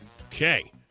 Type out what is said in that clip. Okay